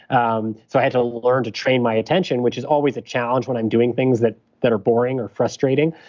um so i had to learn to train my attention, which is always a challenge when i'm doing things that that are boring or frustrating.